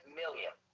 million